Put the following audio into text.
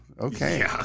Okay